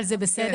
אבל זה בסדר.